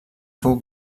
fou